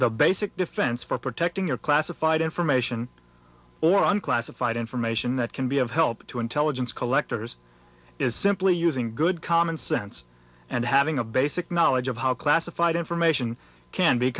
the basic defense for protecting your classified information or unclassified information that can be of help to intelligence collectors is simply using good common sense and having a basic knowledge of how classified information can be